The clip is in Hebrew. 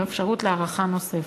עם אפשרות להארכה נוספת.